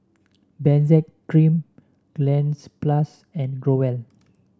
Benzac Cream Cleanz Plus and Growell